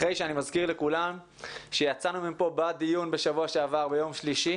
אחרי שאני מזכיר לכולם שיצאנו מפה בדיון ביום שלישי שעבר